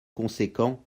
conséquent